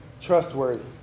trustworthy